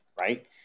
right